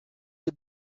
did